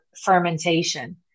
fermentation